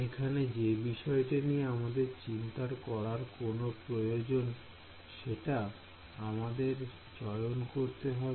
এখানে যে বিষয়টি নিয়ে আমাদের চিন্তার করার প্রয়োজন সেটা আমাদের চয়ন করতে হবে